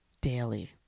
daily